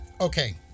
Okay